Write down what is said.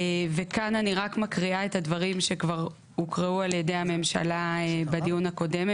וכאן אני רק מקריאה את הדברים שכבר הוקראו על ידי הממשלה בדיון קודם.